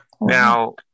Now